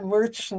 Merch